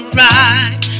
right